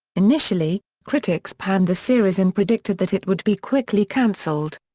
initially, critics panned the series and predicted that it would be quickly cancelled.